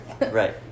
Right